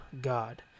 God